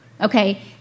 okay